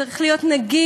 זה צריך להיות נגיש,